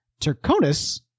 Turconis